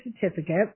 certificate